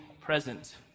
present